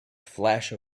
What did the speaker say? flash